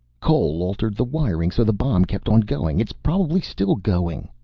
cole altered the wiring so the bomb kept on going. it's probably still going.